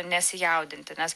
nesijaudinti nes